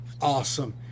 awesome